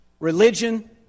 religion